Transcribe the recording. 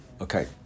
Okay